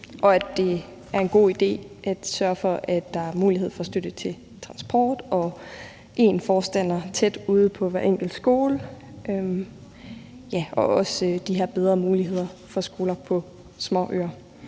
Det er en god idé at sørge for, at der er mulighed for støtte til transport, at der skal være én forstander ude på hver enkelt skole, altså tæt på, og det gælder også de her bedre muligheder for skoler på småøer.